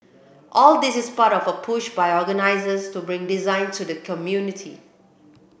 all this is part of a push by organisers to bring design to the community